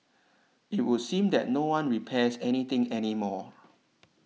it would seem that no one repairs any thing any more